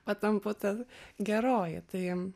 patampu ten geroji tai